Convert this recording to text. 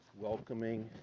welcoming